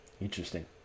Interesting